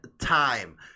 time